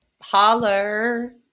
Holler